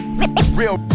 real